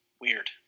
weird